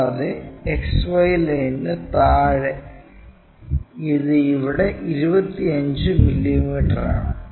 കൂടാതെ XY ലൈനിന് താഴെ ഇത് ഇവിടെ 25 മില്ലീമീറ്ററാണ്